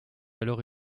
alors